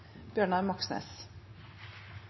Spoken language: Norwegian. Bjørnar Moxnes